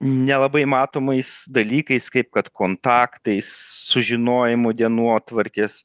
nelabai matomais dalykais kaip kad kontaktais sužinojimu dienotvarkės